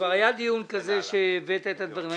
כבר היה דיון כזה שהבאת את הדברים.